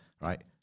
right